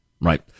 right